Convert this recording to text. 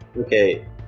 okay